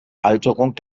alterung